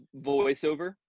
voiceover